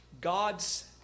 God's